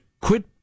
quit